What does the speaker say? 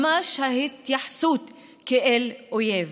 ממש התייחסות כאל אויב,